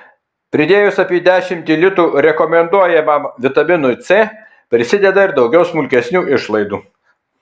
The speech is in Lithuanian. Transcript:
pridėjus apie dešimtį litų rekomenduojamam vitaminui c prisideda ir daugiau smulkesnių išlaidų